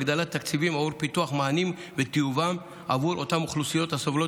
להגדלת תקציבים או לפיתוח מענים וטיובם בעבור האוכלוסיות הסובלות